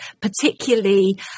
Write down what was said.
particularly